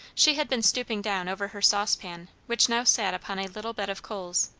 she had been stooping down over her saucepan, which now sat upon a little bed of coals.